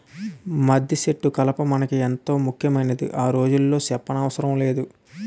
మద్దిసెట్టు కలప మనకి ఎంతో ముక్యమైందని ఈ రోజుల్లో సెప్పనవసరమే లేదు